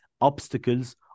obstacles